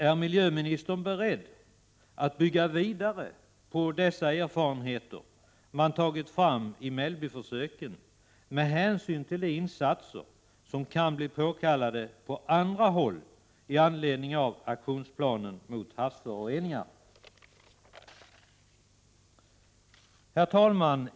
Är miljöministern beredd att bygga vidare på de erfarenheter man tagit fram i Mellbyförsöken med hänsyn till de insatser som kan bli påkallade på andra håll i anledning av aktionsplanen mot havsföroreningar? Herr talman!